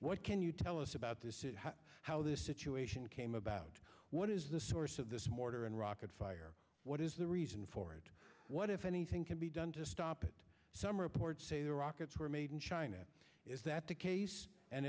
what can you tell us about this how this situation came about what is the source of this mortar and rocket fire what is the reason for it what if anything can be done to stop it some reports say the rockets were made in china is that the case and